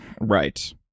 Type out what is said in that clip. right